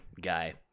guy